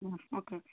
okay